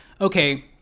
okay